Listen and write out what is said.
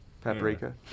Paprika